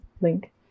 link